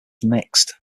mixed